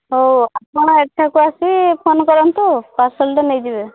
ହଉ ଆପଣ ଏଠାକୁ ଆସି ଫୋନ୍ କରନ୍ତୁ ପାର୍ସଲ୍ଟା ନେଇଯିବେ